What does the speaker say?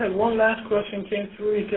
and one last question came through.